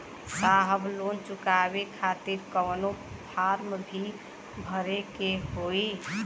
साहब लोन चुकावे खातिर कवनो फार्म भी भरे के होइ?